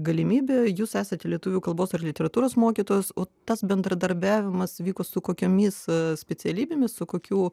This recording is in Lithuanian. galimybė jūs esate lietuvių kalbos ar literatūros mokytojas o tas bendradarbiavimas vyko su kokiomis specialybėmis su kokių